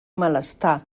malestar